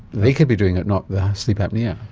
they could be doing it, not the sleep apnoea.